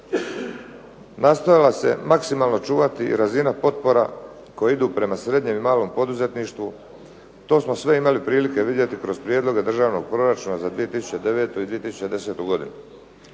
Nastojala se maksimalno čuvati i razina potpora koje idu prema malom i srednjem poduzetništvu to smo sve imali prilike vidjeti kroz prijedloge državnog proračuna za 2009. godine i 2010. godinu.